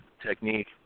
technique